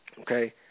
okay